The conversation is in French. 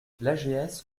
l’ags